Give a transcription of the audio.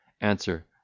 Answer